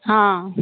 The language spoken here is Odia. ହଁ